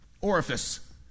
orifice